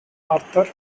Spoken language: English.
arthur